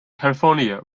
california